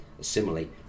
Similarly